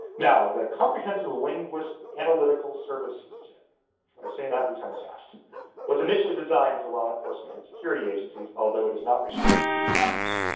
now, the comprehensive linguist analytical services sin try saying that three times fast was initially designed for law enforcement and security agencies, although it is not restricted to their use.